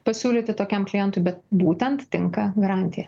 pasiūlyti tokiam klientui bet būtent tinka garantija